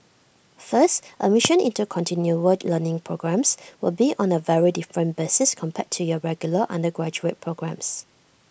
first admission into continual word learning programmes will be on A very different basis compared to your regular undergraduate programmes